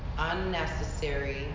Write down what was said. unnecessary